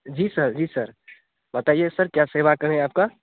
जी sir जी sir बताईए sir क्या सेवा करें आपका